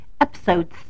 Episode